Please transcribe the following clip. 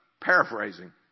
paraphrasing